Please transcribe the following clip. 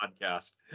podcast